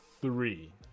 three